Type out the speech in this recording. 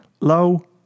low